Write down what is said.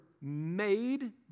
made